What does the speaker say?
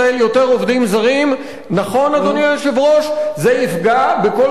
אדוני היושב-ראש: זה יפגע בכל אותן חברות ייבוא כוח-אדם,